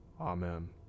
Amen